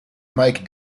mike